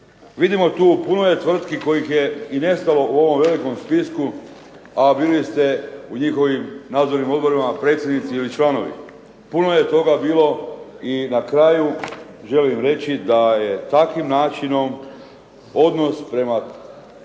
Vidimo tu, puno je tvrtki kojih je i nestalo u ovom velikom spisku, a bili ste u njihovim nadzornim odborima predsjednici ili članovi. Puno je toga bilo. I na kraju želim reći da je takvim načinom odnos prema tvrtkama